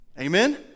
amen